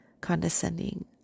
condescending